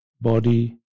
body